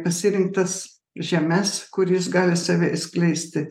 pasirinktas žemes kur jos gali save išskleisti